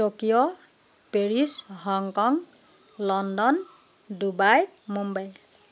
Tokyo Paris Hong Kong London Dubai Mumbai